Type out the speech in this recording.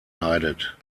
leidet